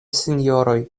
sinjoroj